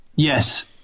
Yes